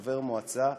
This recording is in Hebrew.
חבר מועצה,